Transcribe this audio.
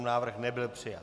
Návrh nebyl přijat.